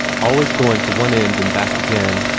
always going to one end and back again.